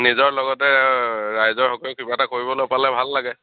নিজৰ লগতে ৰাইজৰহকেও কিবা এটা কৰিবলৈ পালে ভাল লাগে